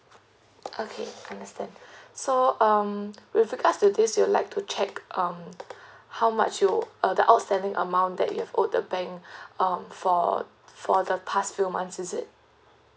okay understand so um with regards to this you'd like to check um how much you uh the outstanding amount that you've owed the bank um for for the past few months is it